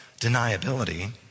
deniability